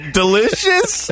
delicious